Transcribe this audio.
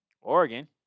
Oregon